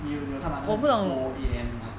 你有你有看吗那个 nikko A_M right